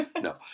No